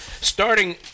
starting